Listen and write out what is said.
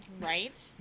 Right